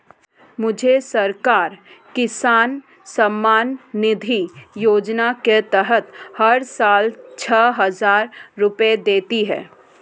मुझे सरकार किसान सम्मान निधि योजना के तहत हर साल छह हज़ार रुपए देती है